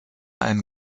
ein